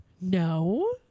No